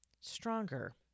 stronger